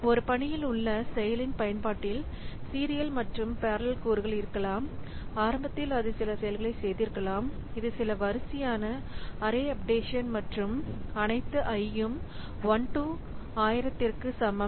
ஒரு பணியில் உள்ள செயலின் பயன்பாட்டில் சீரியல் மற்றும் பெரலல் கூறுகள் இருக்கலாம் ஆரம்பத்தில் அது சில செயல்களை செய்திருக்கலாம் இது சில வரிசையான அரே அப்டேஷன் மற்றும் அனைத்து i ம் 1 to 1000க்கு சமம்